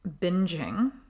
binging